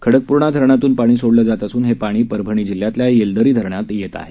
खडकपूर्णा धरणातून पाणी सोडलं जात असून हे पाणी परभणी जिल्ह्यातल्या येलदरी धरणात येत आहे